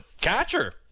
catcher